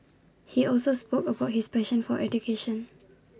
he also spoke about his passion for education